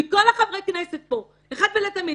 מכל חברי הכנסת פה אחת ולתמיד.